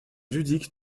ludique